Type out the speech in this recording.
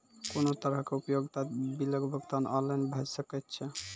कुनू तरहक उपयोगिता बिलक भुगतान ऑनलाइन भऽ सकैत छै?